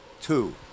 two